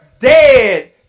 dead